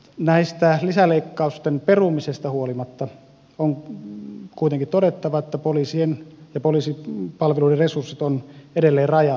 mutta lisäleikkausten perumisesta huolimatta on kuitenkin todettava että poliisien ja poliisipalveluiden resurssit ovat edelleen rajalliset